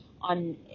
on